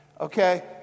Okay